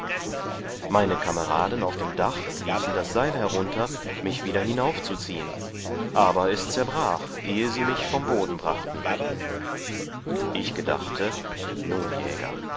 meine kameraden auf dem dach ließen das seil herunter mich wieder hinaufzuziehen aber es zerbrach ehe sie mich vom boden brachten ich gedachte nun jäger